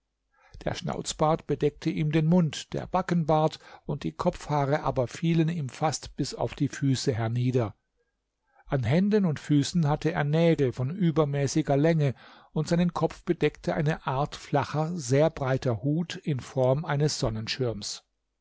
der schnauzbart bedeckte ihm den mund der backenbart und die kopfhaare aber fielen ihm fast bis auf die füße hernieder an händen und füßen hatte er nägel von übermäßiger länge und seinen kopf bedeckte eine art flacher sehr breiter hut in form eines sonnenschirms